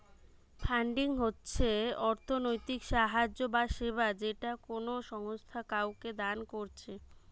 funding হচ্ছে অর্থনৈতিক সাহায্য বা সেবা যেটা কোনো সংস্থা কাওকে দান কোরছে